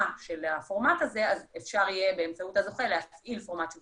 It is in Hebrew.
של הפורמט הזה אפשר יהיה באמצעות הזוכה להפעיל פורמט של